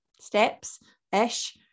steps-ish